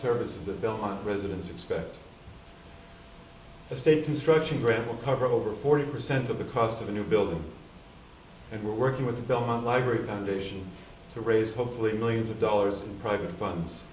services the belmont residents expect a state construction grant will cover over forty percent of the cost of a new building and we're working with the belmont library foundation to raise hopefully millions of dollars in private funds